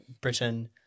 Britain